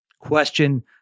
Question